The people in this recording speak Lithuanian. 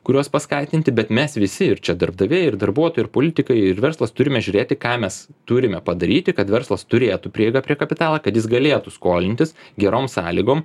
kurios paskatinti bet mes visi ir čia darbdaviai ir darbuotojai ir politikai ir verslas turime žiūrėti ką mes turime padaryti kad verslas turėtų prieigą prie kapitalo kad jis galėtų skolintis gerom sąlygom